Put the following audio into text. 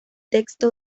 texto